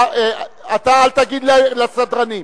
אתה אל תגיד לסדרנים.